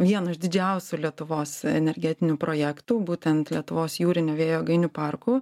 vieno iš didžiausių lietuvos energetinių projektų būtent lietuvos jūrinio vėjo jėgainių parkų